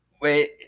Wait